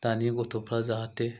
दानि गथ'फ्रा जाहाथे